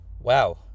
Wow